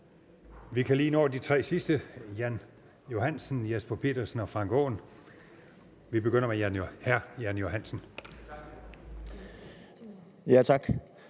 Vi kan lige nå de tre sidste: Jan Johansen, Jesper Petersen og Frank Aaen. Vi begynder med hr. Jan Johansen.